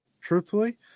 Truthfully